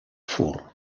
fur